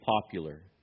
popular